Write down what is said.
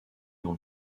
dans